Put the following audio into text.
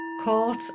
caught